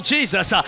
Jesus